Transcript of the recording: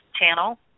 channel